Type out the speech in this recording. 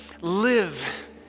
live